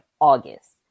August